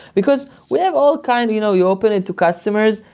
because we have all kind you know you open it to customers.